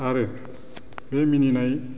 आरो बे मिनिनाय